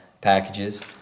packages